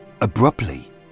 Abruptly